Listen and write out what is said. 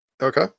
Okay